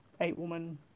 eight-woman